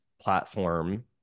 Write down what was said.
platform